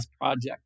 project